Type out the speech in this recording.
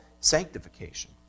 sanctification